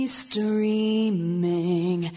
streaming